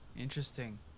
interesting